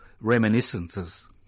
reminiscences